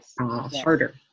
harder